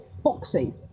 Boxing